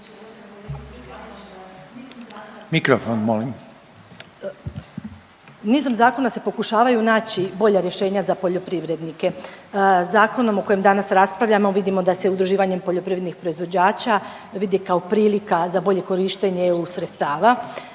Mikrofon molim./… Nizom zakona se pokušavaju naći bolja rješenja za poljoprivrednike, zakon o kojem danas raspravljamo vidimo da se udruživanjem poljoprivrednih proizvođača vidi kao prilika za bolje korištenje eu sredstava,